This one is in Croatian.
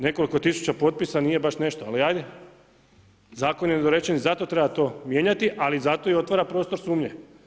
Nekoliko tisuća potpisa nije baš nešto ali ajde, zakon je nedorečen i zato to treba mijenjati, ali zato i otvara prostor sumnje.